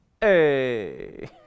Hey